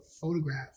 photograph